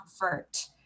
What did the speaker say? comfort